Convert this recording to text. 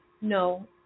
No